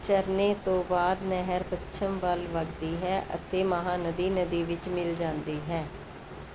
ਝਰਨੇ ਤੋਂ ਬਾਅਦ ਨਹਿਰ ਪੱਛਮ ਵੱਲ ਵਗਦੀ ਹੈ ਅਤੇ ਮਹਾਨਦੀ ਨਦੀ ਵਿੱਚ ਮਿਲ ਜਾਂਦੀ ਹੈ